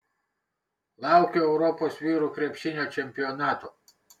laukiu europos vyrų krepšinio čempionato